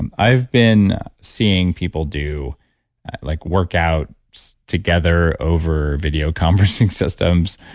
and i've been seeing people do like workouts together over video conferencing systems,